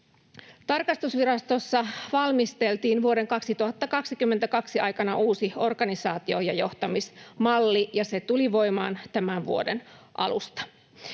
Tarkastusvirastossa valmisteltiin vuoden 2022 aikana uusi organisaatio‑ ja johtamismalli, ja se tuli voimaan tämän vuoden alusta.